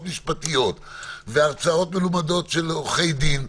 משפטיות והרצאות מלומדות של עורכי דין,